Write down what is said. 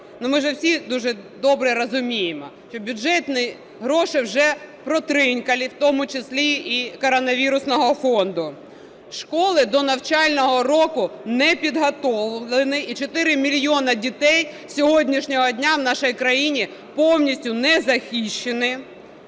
ми ж всі дуже добре розуміємо, що бюджетні кошти вже протринькали, в тому числі із коронавірусного фонду. Школи до навчального року не підготовлені, і 4 мільйони дітей з сьогоднішнього дня в нашій країні повністю не захищені.